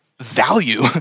value